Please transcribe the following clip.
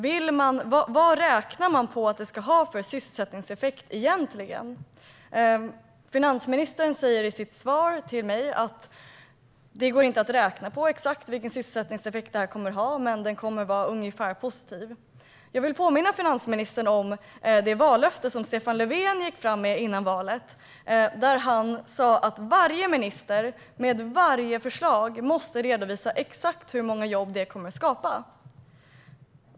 Vilken sysselsättningseffekt räknar man med att det egentligen ska ha? Finansministern säger i sitt svar till mig att det inte går att räkna på exakt vilken sysselsättningseffekt detta kommer att ha men att den nog kommer att vara positiv. Jag vill påminna finansministern om det vallöfte som Stefan Löfven gick fram med före valet, då han sa att varje minister i fråga om varje förslag måste redovisa exakt hur många jobb som det kommer att skapa.